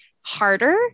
harder